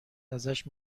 ازش